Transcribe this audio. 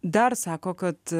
dar sako kad